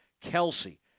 kelsey